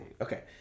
Okay